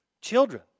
Children